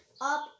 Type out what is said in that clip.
up